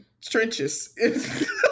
trenches